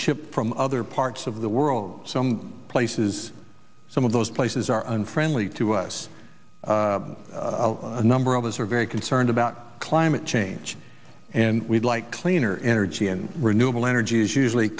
shipped from other parts of the world some places some of those places are unfriendly to us a number of us are very concerned about climate change and we'd like cleaner energy and renewable energy is usually